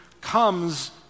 comes